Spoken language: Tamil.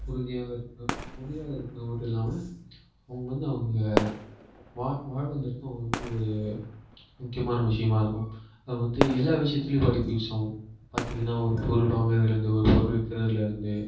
உறுதியாக இருக்கும் உறுதியாக இருக்கிறது மட்டும் இல்லாமல் அவங்க வந்து அவங்க வாழ் வாழ்வதற்கும் அவங்க வந்து ஒரு முக்கியமான விஷயமா இருக்கும் அது வந்து எல்லா விஷயத்துலையும் படிப்பு யூஸ் ஆகும் பார்த்திங்கன்னா ஒரு பொருள் வாங்குறதுலேருந்து ஒரு பொருள் விற்குறதுலேர்ந்து